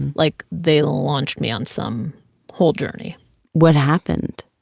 and like, they launched me on some whole journey what happened?